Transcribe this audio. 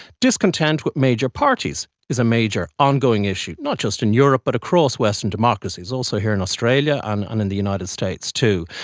discontent with major parties is a major ongoing issue, not just in europe but across western democracies, also here in australia and and in the united states too.